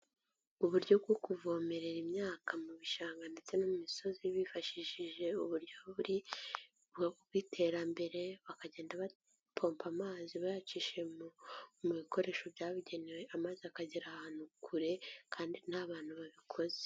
Uburyo bwo kuvomerera imyaka mu bishanga ndetse no mu misozi bifashishije uburyo bw'iterambere, bakagenda bapompa amazi bayacishije mu bikoresho byabugenewe, amazi akagera ahantu kure kandi nta bantu babikoze.